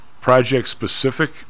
project-specific